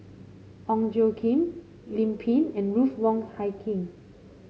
Ong Tjoe Kim Lim Pin and Ruth Wong Hie King